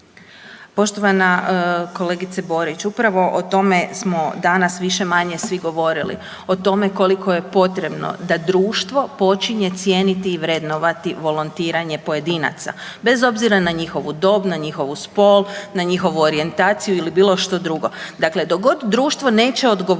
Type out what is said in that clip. Poštovana kolegice Borić. Uupravo o tome smo danas više-manje svi govorili. O tome koliko je potrebno da društvo počinjen cijeniti i vrednovati volontiranje pojedinaca, bez obzira na njihovu dob, na njihovu spol, na njihovu orijentaciju ili bilo što drugo. Dakle, dok god društvo neće odgovoriti